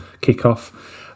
kickoff